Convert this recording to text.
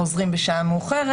חוזרים בשעה מאוחרת.